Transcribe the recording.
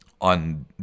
on